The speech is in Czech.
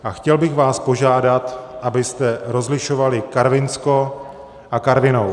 A chtěl bych vás požádat, abyste rozlišovali Karvinsko a Karvinou.